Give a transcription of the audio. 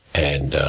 and,